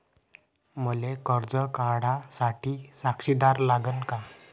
मले कर्ज काढा साठी साक्षीदार लागन का?